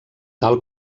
tal